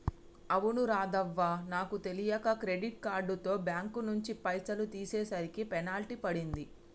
అవును రాధవ్వ నాకు తెలియక క్రెడిట్ కార్డుతో బ్యాంకు నుంచి పైసలు తీసేసరికి పెనాల్టీ పడింది